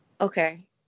Okay